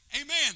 Amen